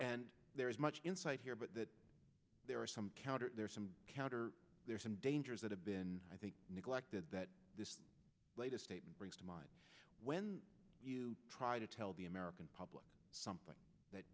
and there is much insight here but there are some counter counter there's some dangers that have been i think neglected that this latest statement brings to mind when you try to tell the american public something that